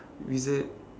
wizard